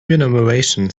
renumeration